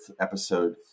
episode